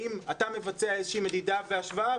האם אתה מבצע איזושהי מדידה והשוואה,